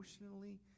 emotionally